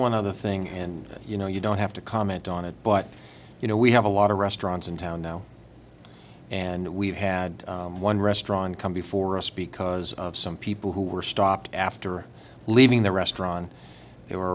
one other thing and you know you don't have to comment on it but you know we have a lot of restaurants in town now and we've had one restaurant come before us because of some people who were stopped after leaving the restaurant they were